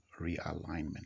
realignment